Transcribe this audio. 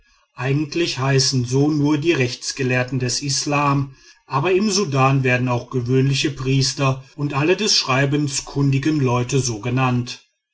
eigentlich heißen so nur die rechtsgelehrten des islam aber im sudan werden auch gewöhnliche priester und alle des schreibens kundigen leute so genannt